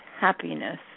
happiness